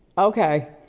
okay.